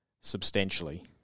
substantially